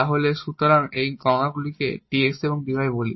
তাহলে সুতরাং এই গুণকগুলিকে এখন dx এবং dy বলি